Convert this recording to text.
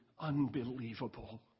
unbelievable